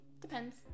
depends